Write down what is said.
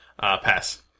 Pass